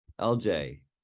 LJ